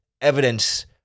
evidence